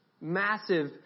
Massive